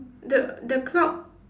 the the clock